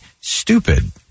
Stupid